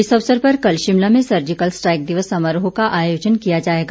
इस अवसर पर कल शिमला में सर्जिकल स्ट्राइक दिवस समारोह का आयोजन किया जाएगा